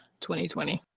2020